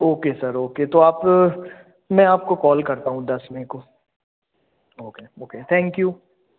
okay sir okay तो आप मैं आपको कॉल करता हूँ दस मै को ओके ओके थैंक यू